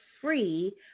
free